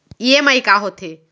EMI का होथे?